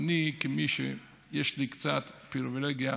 אני, שיש לי קצת פריבילגיה,